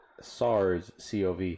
SARS-CoV